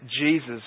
Jesus